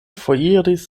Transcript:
foriris